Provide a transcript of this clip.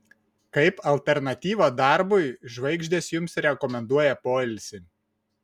kaip alternatyvą darbui žvaigždės jums rekomenduoja poilsį